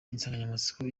insanganyamatsiko